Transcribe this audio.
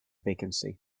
vacancy